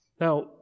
Now